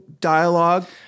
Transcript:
dialogue